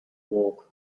walk